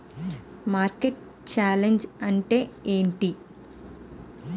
Market channel అంటే ఏంటి?